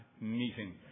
meeting